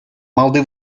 малти